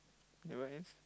do you want